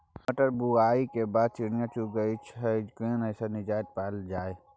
मटर बुआई के बाद चिड़िया चुइग जाय छियै केना ऐसे निजात पायल जाय?